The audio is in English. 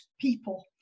people